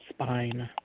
Spine